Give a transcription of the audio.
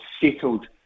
settled